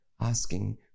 asking